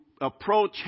approach